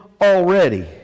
already